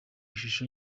ishusho